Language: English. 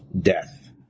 death